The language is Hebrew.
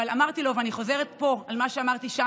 לעבור על הסעיפים הבאים ולהזכיר לחברים ולכם.